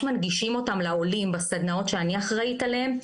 מקדישים אותם לעולים בסדנאות שאני אחראית עליהם.